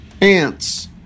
Ants